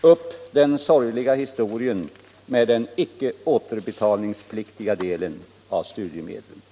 upp den sorgliga historien med den icke återbetalningspliktiga delen av studiemedlen.